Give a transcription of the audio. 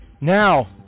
now